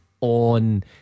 On